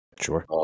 Sure